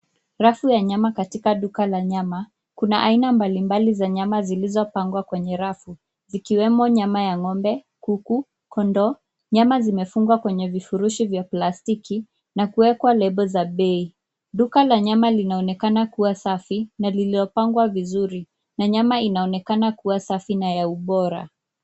Rafu ya nyama katika duka la nyama. Kuna aina mbalimbali za nyama zilizopangwa kwenye rafu ikiwemo nyama ya ng’ombe, kuku, kondoo. Nyama zimefungwa kwenye vifurushi vya plastiki na kuekwa lebo za bei. Duka la nyama linaonekana kuwa safi na liliopangwa vizuri na nyama inaonekana kuwa safi na ya ubora.